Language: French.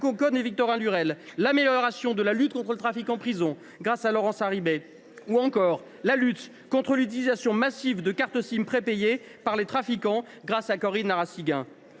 Conconne et Victorin Lurel ; l’amélioration de la lutte contre le trafic en prison, grâce à Laurence Harribey ; ou encore la lutte contre l’utilisation massive de cartes SIM prépayées par les trafiquants, grâce à Corinne Narassiguin.